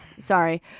Sorry